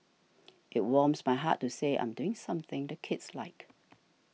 it warms my heart to say I'm doing something the kids like